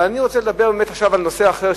אני רוצה לדבר עכשיו על נושא אחר,